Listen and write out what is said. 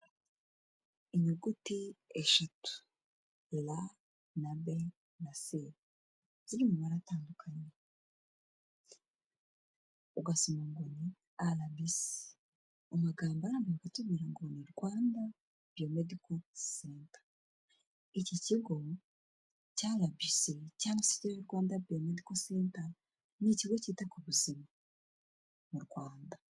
Inyuguti eshatu, R na B na C, ziri mu mabaratandukanye, ugasoma ngo ni RBC, mu magambo arambuye atubwira ngo, ni Rwanda biomedical center. Iki kigo cya RBC cyangwase Rwanda Biomedical Center. Ni ikigo cyita ku buzima mu Rwanda.